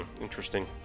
interesting